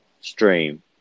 stream